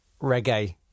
reggae